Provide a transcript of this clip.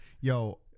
Yo